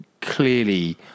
clearly